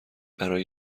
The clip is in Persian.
برای